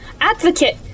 advocate